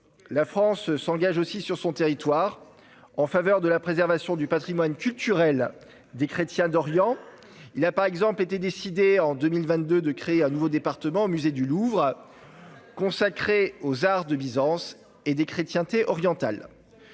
La France s'engage aussi sur son territoire en faveur de la préservation du patrimoine culturel des chrétiens d'Orient. Il a par exemple été décidé, en 2022, de créer un nouveau département au musée du Louvre consacré aux arts de Byzance et des chrétientés orientales.